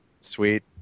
Sweet